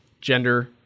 gender